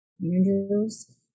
managers